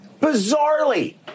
bizarrely